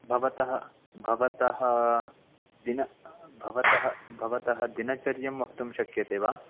भवतः भवतः दिन भवतः भवतः दिनचर्यं वक्तुं शक्यते वा